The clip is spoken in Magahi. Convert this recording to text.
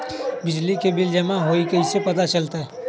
बिजली के बिल जमा होईल ई कैसे पता चलतै?